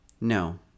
no